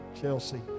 Chelsea